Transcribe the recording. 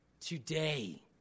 Today